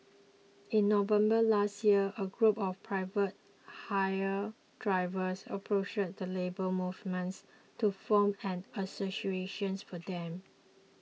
in November last year a group of private hire drivers approached the Labour Movements to form an association for them